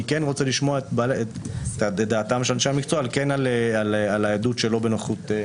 אני כן רוצה לשמוע את דעתם של אנשי המקצוע על העדות שלא בנוכחות.